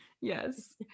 Yes